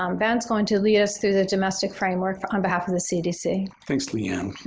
um ben is going to lead us to the domestic framework on behalf of the cdc. thanks, leigh ann.